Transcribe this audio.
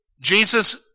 Jesus